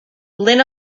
lynn